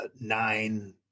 nine